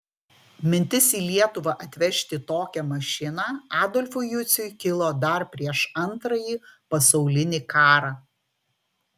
mintis į lietuvą atvežti tokią mašiną adolfui juciui kilo dar prieš antrąjį pasaulinį karą